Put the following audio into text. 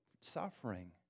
suffering